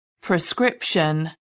Prescription